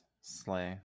Slay